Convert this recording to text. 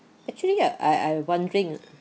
actually uh I I wondering